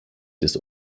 des